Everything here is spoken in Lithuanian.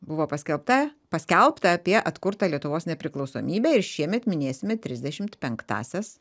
buvo paskelbta paskelbta apie atkurtą lietuvos nepriklausomybę ir šiemet minėsime trisdešimt penktąsias